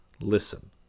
listen